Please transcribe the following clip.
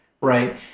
Right